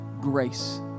grace